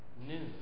news